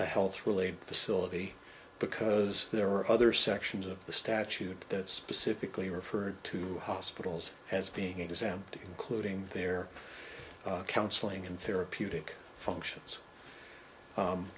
a health related facility because there are other sections of the statute that specifically referred to hospitals as being exempt including their counseling and therapeutic functions